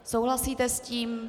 Souhlasíte s tím?